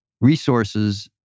resources